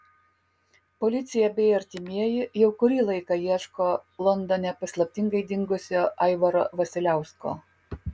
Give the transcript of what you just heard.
policija bei artimieji jau kurį laiką ieško londone paslaptingai dingusio aivaro vasiliausko